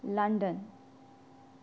London